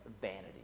vanity